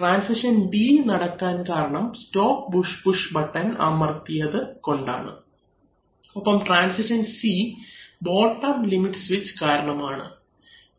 transition D നടക്കാൻ കാരണം stop push button അമർത്തിയത് കൊണ്ടാണ് ഒപ്പം transition C bottom limit switch കാരണമാണ്